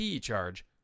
charge